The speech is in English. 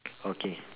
okay